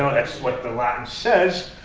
that's what the latin says.